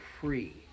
free